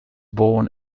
born